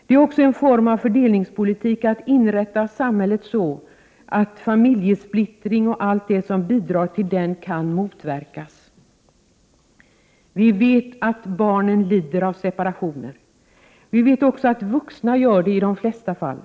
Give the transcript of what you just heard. Det är också en form av fördelningspolitik att inrätta samhället så att familjesplittring och allt som bidrar till den kan motverkas. Vi vet att barnen lider av separationer. Vi vet också att vuxna gör det i de flesta fall. Vi vet — Prot.